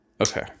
Okay